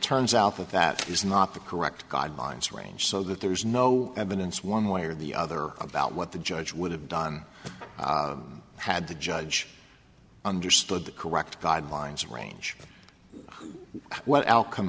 turns out that that is not the correct god blinds range so that there is no evidence one way or the other about what the judge would have done had the judge understood the correct guidelines range we